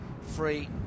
free